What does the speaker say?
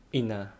ina